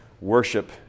worship